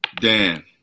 Dan